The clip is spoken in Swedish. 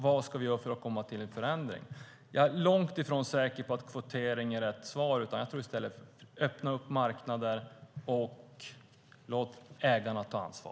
Vad ska vi göra för att åstadkomma en förändring? Jag är långt ifrån säker på att kvotering är rätt svar, utan jag tror i stället att det handlar om att öppna marknader och låta ägarna ta ansvar.